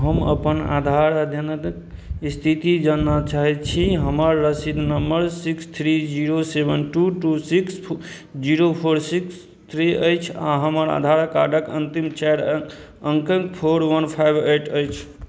हम अपन आधार स्थिति जानऽ चाहैत छी हमर रसीद number six three zero seven two two six zero four six three अछि आ हमर आधार कार्डक अन्तिम चारि अङ्क फोर वन फाइव अइट अछि